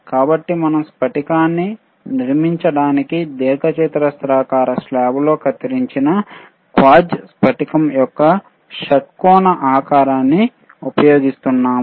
కాబట్టి మనం స్ఫటికాన్ని నిర్మించడానికి దీర్ఘచతురస్రాకార స్లాబ్లో కత్తిరించిన క్వార్ట్జ్ స్ఫటికo యొక్క షట్కోణ ఆకారాన్ని ఉపయోగిస్తున్నాము